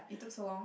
it took so long